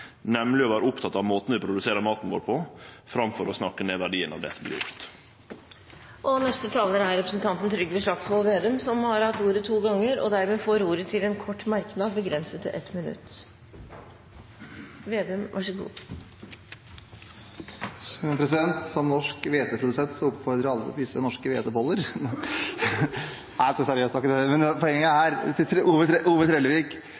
nemleg å vere oppteken av måten vi produserer maten vår på, framfor å snakke ned verdien av det som vert gjort. Representanten Trygve Slagsvold Vedum har hatt ordet to ganger tidligere og får ordet til en kort merknad, begrenset til 1 minutt. Som norsk hveteprodusent oppfordrer jeg alle til å spise norske hveteboller – nei, det er ikke seriøst. Men poenget er, til Ove Trellevik: